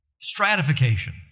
Stratification